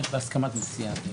אתה